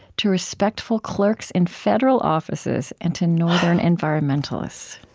to respectful clerks in federal offices and to northern environmentalists.